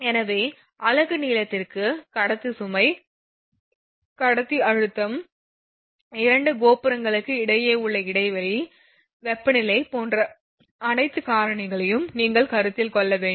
எனவே அலகு நீளத்திற்கு கடத்தி சுமை கடத்தி அழுத்தம் இரண்டு கோபுரங்களுக்கு இடையே உள்ள இடைவெளி வெப்பநிலை போன்ற அனைத்து காரணிகளையும் நீங்கள் கருத்தில் கொள்ள வேண்டும்